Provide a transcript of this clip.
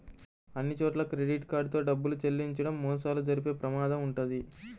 అన్నిచోట్లా credit card తో డబ్బులు చెల్లించడం మోసాలు జరిగే ప్రమాదం వుంటది